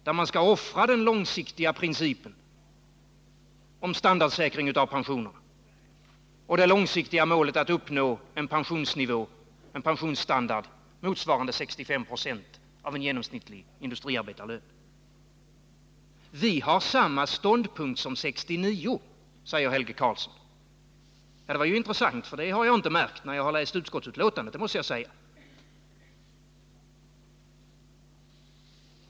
De vill offra den långsiktiga principen om standardsäkring av pensionerna och det långsiktiga målet att uppnå en pensionsnivå och en pensionsstandard motsvarande 65 96 av en Nr 34 genomsnittlig industriarbetarlön. Onsdagen den Vi har samma ståndpunkt som 1969, säger Helge Karlsson. Det var 21 november 1979 intressant, för det har jag inte märkt när jag läst utskottsbetänkandet — det måste jag säga.